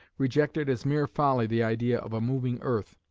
rejected as mere folly the idea of a moving earth,